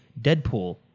Deadpool